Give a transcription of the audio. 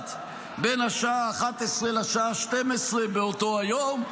המשפט בין השעה 11:00 לשעה 12:00 באותו היום,